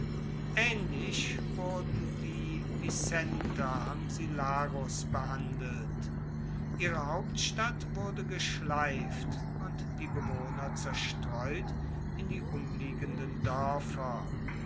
aehnlich wurden die picenter am silarus behandelt ihre hauptstadt wurde geschleift und die bewohner zerstreut in die umliegenden doerfer